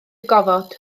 gofod